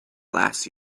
last